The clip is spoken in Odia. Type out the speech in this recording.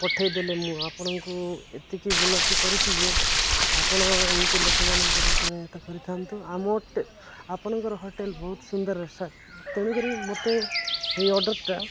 ପଠେଇଦେଲେ ମୁଁ ଆପଣଙ୍କୁ ଏତିକି ବିନତି କରୁଛିି ଯେ ଆପଣ ଏମିତି ଲୋକମାନଙ୍କର ସହାୟତା କରିଥାନ୍ତୁ ଆମଟେ ଆପଣଙ୍କର ହୋଟେଲ ବହୁତ ସୁନ୍ଦର ସ ତେଣୁକରି ମୋତେ ଏଇ ଅର୍ଡ଼ରଟା